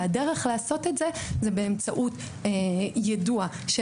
והדרך לעשות את זה היא באמצעות יידוע של